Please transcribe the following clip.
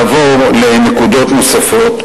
לעבור לנקודות נוספות,